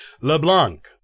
Leblanc